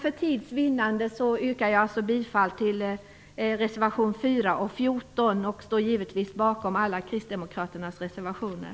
För tids vinnande yrkar jag alltså bifall till reservation 4 och 14, men jag står givetvis bakom alla kristdemokraternas reservationer.